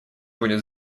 будет